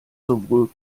sowohl